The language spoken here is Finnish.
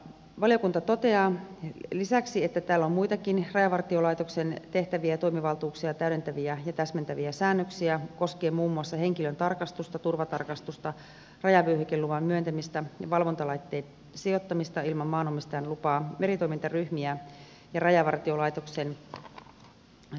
valiokunta toteaa lisäksi että täällä on muitakin rajavartiolaitoksen tehtäviä ja toimivaltuuksia täydentäviä ja täsmentäviä säännöksiä kos kien muun muassa henkilön tarkastusta turvatarkastusta rajavyöhykeluvan myöntämistä ja valvontalaitteen sijoittamista ilman maanomistajan lupaa meritoimintaryhmiä ja rajavartiolaitoksen tiedonsaantioikeuksia